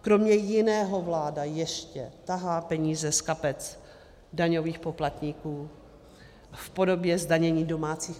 Kromě jiného vláda ještě tahá peníze z kapes daňových poplatníků v podobě zdanění domácích kotelen.